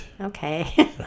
Okay